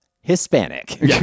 Hispanic